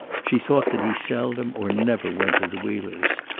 she thought that he seldom or never went to the wheelers'.